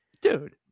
dude